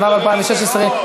התשע"ו 2016,